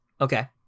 Okay